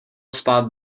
spát